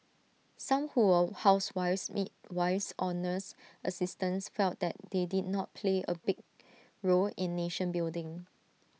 some who were housewives midwives or nurse assistants felt that they did not play A big role in nation building